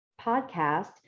podcast